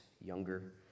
younger